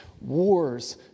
wars